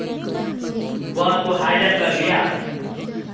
बस को हाइजैक कर लिया